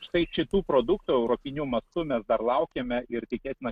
štai šitų produktų europiniu mastu mes dar laukiame ir tikėtina